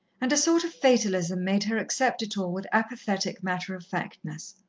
and a sort of fatalism made her accept it all with apathetic matter-of-factness.